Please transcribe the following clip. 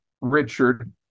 richard